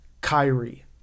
Kyrie